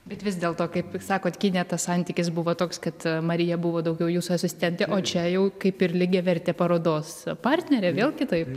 bet vis dėlto kaip tik sakot kine tas santykis buvo toks kad marija buvo daugiau jūsų asistentė o čia jau kaip ir lygiavertė parodos partnerė vėl kitaip